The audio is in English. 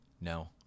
No